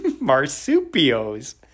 Marsupials